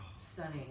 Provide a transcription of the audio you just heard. stunning